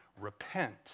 Repent